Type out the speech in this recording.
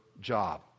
job